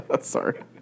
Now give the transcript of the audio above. Sorry